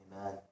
Amen